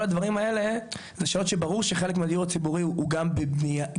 כל הדברים האלה זה שאלות שברור שחלק מהדיור הציבורי הוא גם תלוי